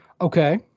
Okay